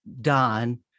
Don